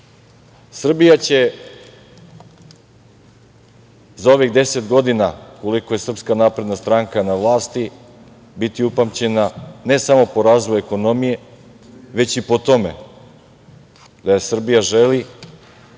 Srbija će za ovih deset godina, koliko je SNS na vlasti, biti upamćena ne samo po razvoju ekonomije, već i po tome da Srbija želi